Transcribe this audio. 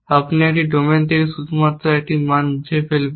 আপনি একটি ডোমেন থেকে শুধুমাত্র একটি মান মুছে ফেলবেন